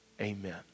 amen